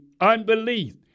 unbelief